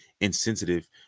insensitive